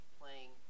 playing